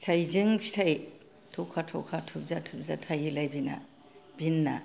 फिथायजों फिथाय थ'खा थ'खा थुबजा थुबजा थायोलाय बेना बिनना